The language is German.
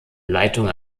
leitung